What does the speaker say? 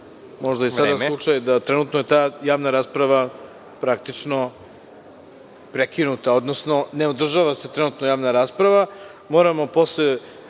možda i sada slučaj, trenutno je ta javna rasprava prekinuta, odnosno ne održava se trenutno javna rasprava.